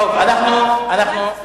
ועדת הכספים.